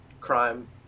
crime